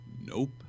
Nope